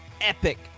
epic